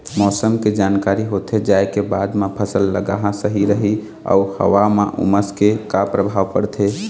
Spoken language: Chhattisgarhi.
मौसम के जानकारी होथे जाए के बाद मा फसल लगाना सही रही अऊ हवा मा उमस के का परभाव पड़थे?